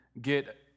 get